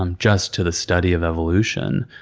um just to the study of evolution,